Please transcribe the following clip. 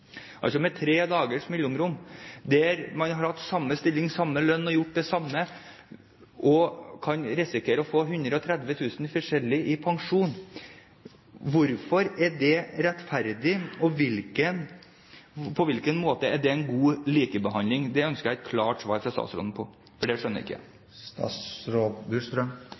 altså med tre dagers mellomrom. De har hatt samme stilling, samme lønn og har gjort det samme. De kan risikere å få 130 000 kr forskjell i pensjon. Da blir spørsmålene til statsråden: Hvorfor er det rettferdig? På hvilken måte er det en god likebehandling? Det ønsker jeg et klart svar fra statsråden på, for det skjønner jeg ikke.